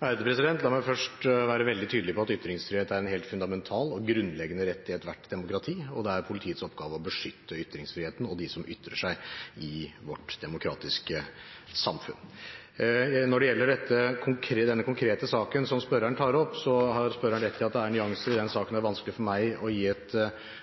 La meg først være veldig tydelig på at ytringsfriheten er en helt fundamental og grunnleggende rettighet i ethvert demokrati, og det er politiets oppgave å beskytte ytringsfriheten og dem som ytrer seg i vårt demokratiske samfunn. Når det gjelder denne konkrete saken som spørreren tar opp, har spørreren rett i at det er nyanser i den saken. Det er vanskelig for meg å gi et